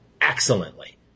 excellently